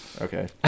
okay